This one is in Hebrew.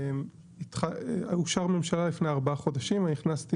התפקיד שלי אושר בממשלה לפני ארבעה חודשים ואני נכנסתי